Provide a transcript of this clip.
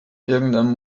irgendeinem